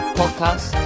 podcast